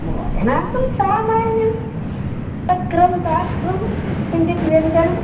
भोजनार्थं सामान्यं तक्रं ताक्रं किञ्चित् व्यञ्जनं